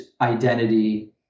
identity